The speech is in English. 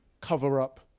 cover-up